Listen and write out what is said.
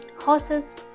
horses